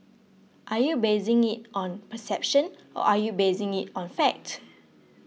are you basing it on perception or are you basing it on fact